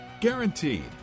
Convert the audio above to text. Guaranteed